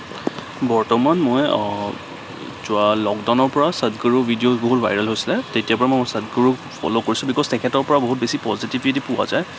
বৰ্তমান মই যোৱা লকডাউনৰ পৰা সদগুৰুৰ ভিডিঅ' বহুত ভাইৰেল হৈছিলে তেতিয়াৰ মই সদগুৰুক ফ'ল' কৰিছোঁ বিকজ তেখেতৰ পৰা বহুত বেছি পজিটিভিটি পোৱা যায়